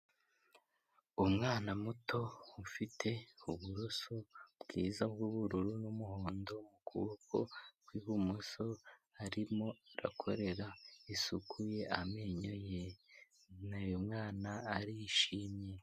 Umwana muto ufite uburoso bwiza bw'ubururu n'umuhondo ku kuboko kw'ibumoso arimo arakorera isuku ye amenyo ye, uyu mwana arishimye.